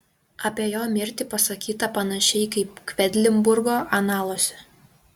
apie jo mirtį pasakyta panašiai kaip kvedlinburgo analuose